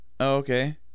Okay